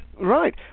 right